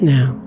Now